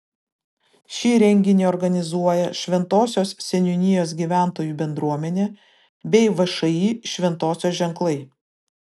šį renginį organizuoja šventosios seniūnijos gyventojų bendruomenė bei všį šventosios ženklai